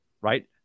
right